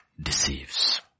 deceives